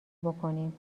بکنیم